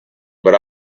but